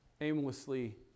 aimlessly